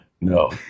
No